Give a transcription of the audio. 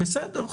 בסדר,